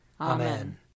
Amen